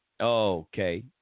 okay